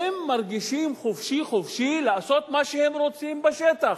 הם מרגישים חופשי-חופשי לעשות מה שהם רוצים בשטח.